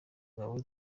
gabo